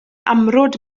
amrwd